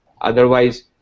Otherwise